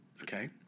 Okay